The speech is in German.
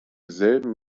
selben